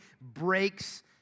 breaks